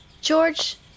George